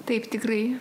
taip tikrai